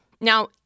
Now